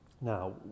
Now